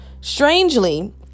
Strangely